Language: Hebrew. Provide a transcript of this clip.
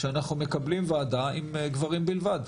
שאנחנו מקבלים וועדה עם גברים בלבד?